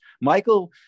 Michael